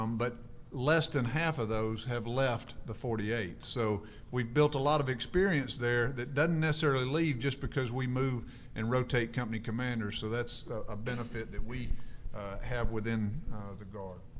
um but less than half of those have left the forty eighth. so we've built a lot of experience there, that doesn't necessarily leave just because we move and rotate company commanders. so that's a benefit that we have within the guard.